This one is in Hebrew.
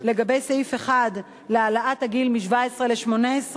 לגבי סעיף 1, העלאת הגיל מ-17 ל-18,